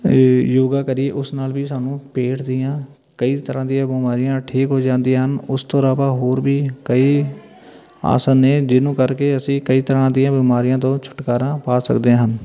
ਯੋਗਾ ਕਰੀਏ ਉਸ ਨਾਲ ਵੀ ਸਾਨੂੰ ਪੇਟ ਦੀਆਂ ਕਈ ਤਰ੍ਹਾਂ ਦੀਆਂ ਬਿਮਾਰੀਆਂ ਠੀਕ ਹੋ ਜਾਂਦੀਆਂ ਹਨ ਉਸ ਤੋਂ ਇਲਾਵਾ ਹੋਰ ਵੀ ਕਈ ਆਸਨ ਨੇ ਜਿਹਨੂੰ ਕਰਕੇ ਅਸੀਂ ਕਈ ਤਰ੍ਹਾਂ ਦੀਆਂ ਬਿਮਾਰੀਆਂ ਤੋਂ ਛੁਟਕਾਰਾ ਪਾ ਸਕਦੇ ਹਨ